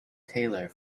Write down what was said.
taylor